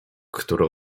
które